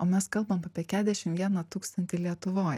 o mes kalbam apie keturiasdešim vieną tūkstantį lietuvoj